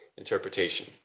interpretation